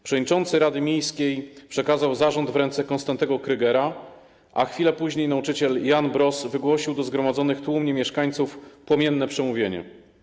Przewodniczący rady miejskiej przekazał zarząd w ręce Konstantego Krygiera, a chwilę później nauczyciel Jan Bross wygłosił do zgromadzonych tłumnie mieszkańców płomienne przemówienie.